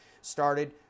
started